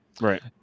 Right